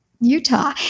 Utah